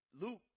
Luke